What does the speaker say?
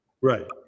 Right